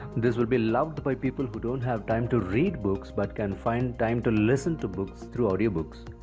this will be loved by people who don't have time to read books but can find time to listen to books through audiobooks.